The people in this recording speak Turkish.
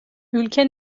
ülke